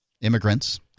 immigrants